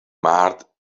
مرد